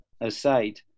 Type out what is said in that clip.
aside